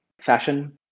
fashion